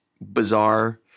bizarre